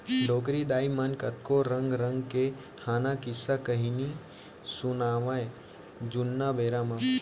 डोकरी दाइ मन कतको रंग रंग के हाना, किस्सा, कहिनी सुनावयँ जुन्ना बेरा म